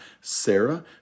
Sarah